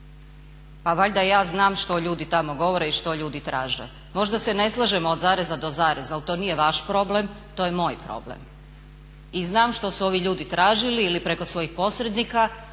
Pa valjda ja znam što ljudi tamo govore i što ljudi traže. Možda se ne slažemo od zareza do zareza ali to nije vaš problem, to je moj problem. I znam što su ovi ljudi tražili ili preko svojih posrednika,